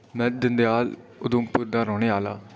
में दंदयाल उधमपुर दा रौह्ने आह्ला आं